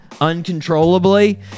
uncontrollably